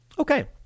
okay